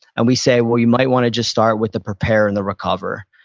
and we say, well, you might want to just start with the prepare and the recover.